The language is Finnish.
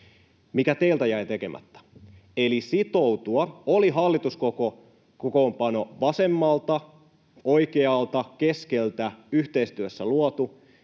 mikä teiltä jäi tekemättä, eli sitoutua, oli hallituskokoonpano vasemmalta, oikealta tai keskeltä yhteistyössä luotu.